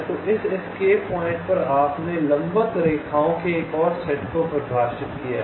तो इस escape point पर आपने लंबवत रेखाओं के एक और सेट को परिभाषित किया है